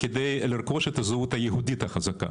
כדי לרכוש את הזהות היהודית החזקה.